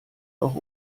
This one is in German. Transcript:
auch